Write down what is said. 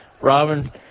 Robin